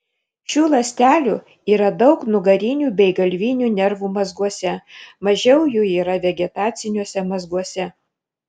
šių ląstelių yra daug nugarinių bei galvinių nervų mazguose mažiau jų yra vegetaciniuose mazguose